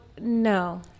No